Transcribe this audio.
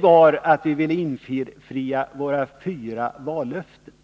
var att vi ville infria våra fyra vallöften.